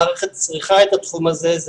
המערכת צריכה את התחום הזה,